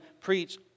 preach